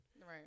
Right